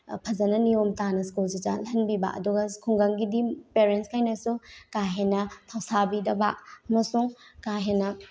ꯐꯖꯅ ꯅꯤꯌꯣꯝ ꯇꯥꯅ ꯁ꯭ꯀꯨꯜꯁꯦ ꯆꯠꯍꯟꯕꯤꯕ ꯑꯗꯨꯒ ꯈꯨꯡꯒꯪꯒꯤꯗꯤ ꯄꯦꯔꯦꯟꯁꯈꯩꯅꯁꯨ ꯀꯥ ꯍꯦꯟꯅ ꯊꯧꯁꯥꯕꯤꯗꯕ ꯑꯃꯁꯨꯡ ꯀꯥ ꯍꯦꯟꯅ